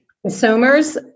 consumers